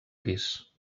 pis